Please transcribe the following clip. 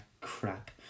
crap